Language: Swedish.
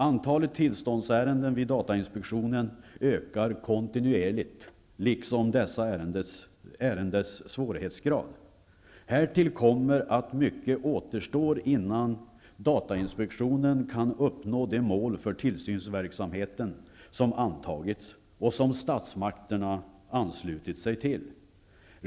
Antalet tillståndsärenden vid datainspektionen ökar kontinuerligt liksom dessa ärendens svårighetsgrad. Härtill kommer att mycket återstår innan datainspektionen kan uppnå det mål för tillsynsverksamheten som antagits och som statsmakterna anslutit sig till.